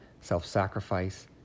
self-sacrifice